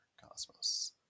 Cosmos